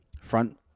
front